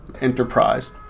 enterprise